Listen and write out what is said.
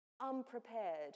unprepared